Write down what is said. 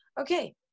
Okay